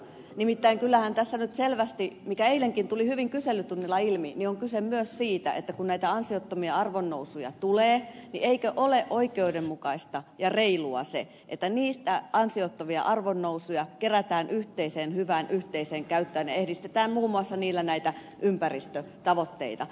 nimittäin kyllähän tässä nyt selvästi mikä eilenkin tuli hyvin kyselytunnilla ilmi on kyse myös siitä kun näitä ansiottomia arvonnousuja tulee eikö ole oikeudenmukaista ja reilua se että niitä ansiottomia arvonnousuja kerätään yhteiseen hyvään yhteiseen käyttöön ja edistetään muun muassa niillä näitä ympäristötavoitteita